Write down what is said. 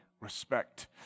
respect